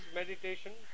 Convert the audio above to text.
meditation